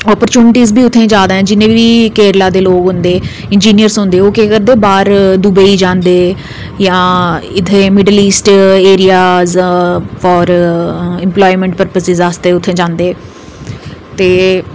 अपार्चुनिटियां बी उत्थै जैदा न जिन्ने बी केरला दे लोक होंदे इन्जिनियर होंदे ओह् करदे बाहर दुबई जंदे जां इत्थै middle east area for employment purpose आस्तै उत्थै जंदे ते